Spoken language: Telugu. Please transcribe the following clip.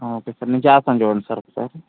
ఆ ఓకే సార్ నేను అయితే చేస్తాను చూడండి సార్ ఒకసారి